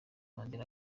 mandela